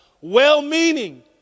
Well-meaning